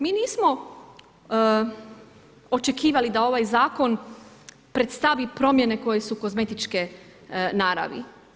Mi nismo očekivali da ovaj zakon predstavi promjene koje su kozmetičke naravi.